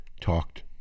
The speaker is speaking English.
talked